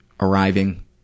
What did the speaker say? Arriving